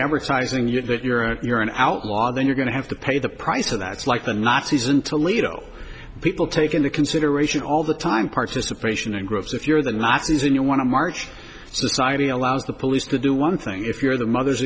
advertising you know that you're a you're an outlaw then you're going to have to pay the price for that's like the nazis in toledo people take into consideration all the time participation in groups if you're the nazis and you want to march society allows the police to do one thing if you're the mothers